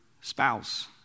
spouse